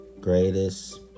greatest